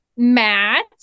matt